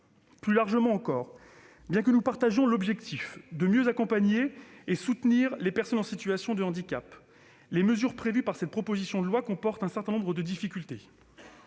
Plus largement encore, bien que nous partagions l'objectif de mieux accompagner et soutenir les personnes en situation de handicap, les mesures prévues par cette proposition de loi comportent un certain nombre de difficultés.